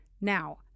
Now